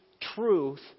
truth